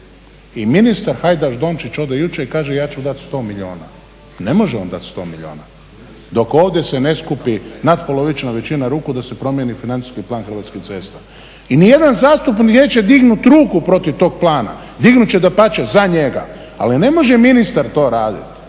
i ministar Hajdaš-Dončić ode jučer i kaže ja ću dati 100 milijuna. Ne može on dati 100 milijuna dok ovdje se ne skupi natpolovična većina ruku da se promijeni Financijski plan Hrvatskih cesta. I nijedan zastupnik neće dignuti ruku protiv tog plana, dignut će dapače za njega, ali ne može ministar to radit